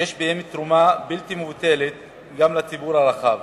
שיש בהם תרומה בלתי מבוטלת גם לציבור הרחב,